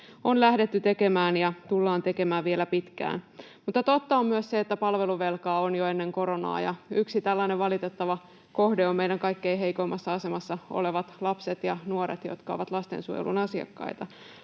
on lähdetty tekemään ja tullaan tekemään vielä pitkään. Mutta totta on myös se, että palveluvelkaa oli jo ennen koronaa. Yksi tällainen valitettava kohde ovat meidän kaikkein heikoimmassa asemassa olevat lapset ja nuoret, jotka ovat lastensuojelun asiakkaita.